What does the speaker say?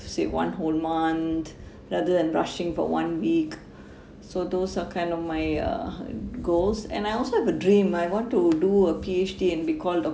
say one whole month rather than rushing for one week so those are kind of my uh goals and I also have a dream I want to do a P_H_D and be called doctor